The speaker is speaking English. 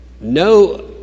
no